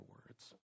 words